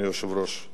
אדוני היושב-ראש.